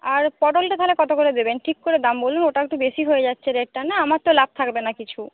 আর পটলটা তাহলে কত করে দেবেন ঠিক করে দাম বলুন ওটা একটু বেশি হয়ে যাচ্ছে রেটটা না আমার তো লাভ থাকবে না কিছু